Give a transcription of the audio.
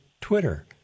Twitter